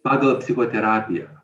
pagal psichoterapiją